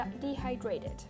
dehydrated